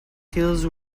skills